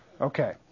Okay